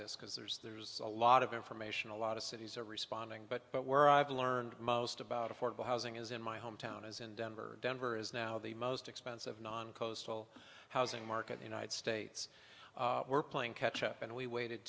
this because there's there's a lot of information a lot of cities are responding but but where i've learned most about affordable housing is in my hometown as in denver denver is now the most expensive non coastal housing market the united states we're playing catch up and we waited